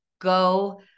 go